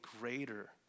greater